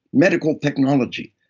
medical technology.